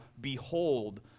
behold